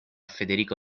federico